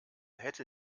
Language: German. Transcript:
hätte